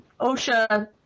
OSHA